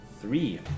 Three